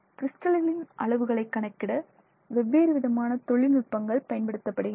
கிறிஸ்டல்களின் அளவுகளை கணக்கிட வெவ்வேறு விதமான தொழில்நுட்பங்கள் பயன்படுத்தப்படுகின்றன